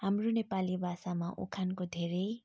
हाम्रो नेपाली भाषामा उखानको धेरै